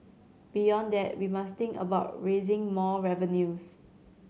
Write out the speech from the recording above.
beyond that we must think about raising more revenues